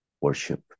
worship